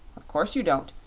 of course you don't.